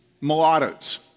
mulattoes